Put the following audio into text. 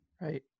Right